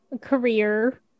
career